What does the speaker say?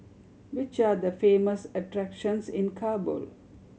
which are the famous attractions in Kabul